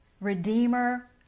Redeemer